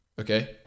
Okay